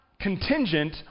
contingent